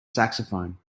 saxophone